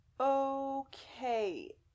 okay